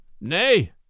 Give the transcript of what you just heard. Nay